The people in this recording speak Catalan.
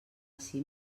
ací